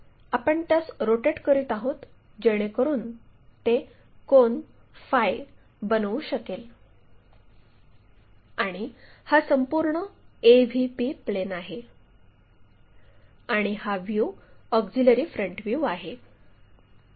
आपण त्यास रोटेट करीत आहोत जेणेकरुन ते कोन फाय बनवू शकेल आणि हा संपूर्ण AVP प्लेन आहे आणि हा व्ह्यू ऑक्झिलिअरी फ्रंट व्ह्यू आहे